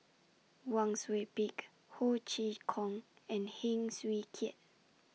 Wang Sui Pick Ho Chee Kong and Heng Swee Keat